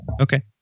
Okay